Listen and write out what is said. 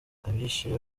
abishe